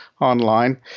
online